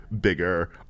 bigger